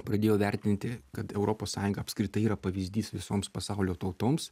pradėjo vertinti kad europos sąjunga apskritai yra pavyzdys visoms pasaulio tautoms